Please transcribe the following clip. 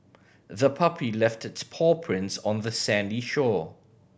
the puppy left its paw prints on the sandy shore